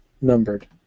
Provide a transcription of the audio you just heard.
numbered